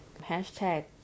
hashtag